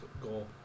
goal